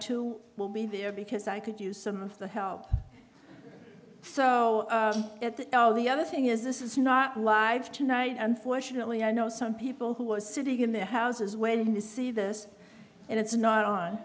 too will be there because i could use some of the help so the other thing is this is not live tonight unfortunately i know some people who are sitting in their houses when they see this and it's not o